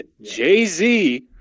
Jay-Z